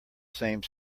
same